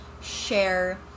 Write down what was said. share